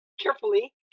carefully